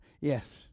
yes